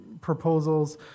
proposals